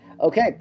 Okay